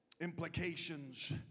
implications